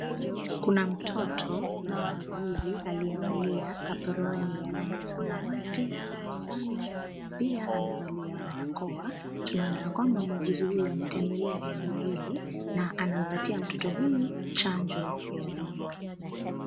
Kuna mtoto na muuguzi, aliyevalia aproni ya rangi ya samawati, manjano, na pia amevalia barakoa. Tunaona ya kwamba muuguzi huyu ametembelea eneo hili, na anampatia mtoto huyu chanjo ya mdomo.